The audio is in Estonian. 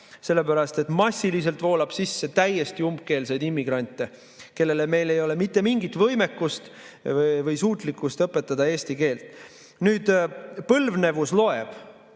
sellepärast et massiliselt voolab sisse täiesti umbkeelseid immigrante, kellele meil ei ole mitte mingit võimekust või suutlikkust eesti keelt õpetada. Põlvnevus loeb,